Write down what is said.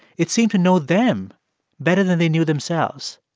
it seemed to know them better than they knew themselves.